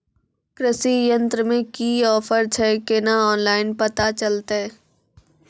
कृषि यंत्र मे की ऑफर छै केना ऑनलाइन पता चलतै?